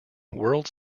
world